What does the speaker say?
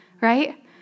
right